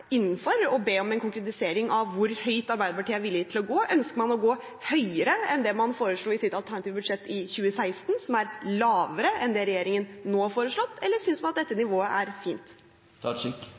innenfor å be om en konkretisering av hvor høyt Arbeiderpartiet er villig til å gå. Ønsker man å gå høyere enn det man foreslo i sitt alternative budsjett i 2016, som er lavere enn det regjeringen nå har foreslått, eller synes man at dette nivået er